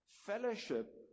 Fellowship